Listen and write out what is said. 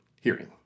hearing